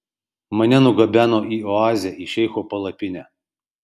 mane nugabeno į oazę į šeicho palapinę